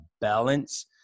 balance